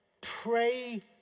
Pray